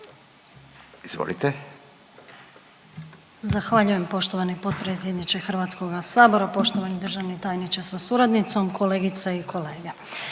Izvolite.